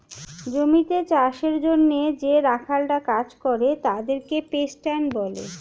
জমিতে চাষের জন্যে যে রাখালরা কাজ করে তাদেরকে পেস্যান্ট বলে